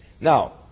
Now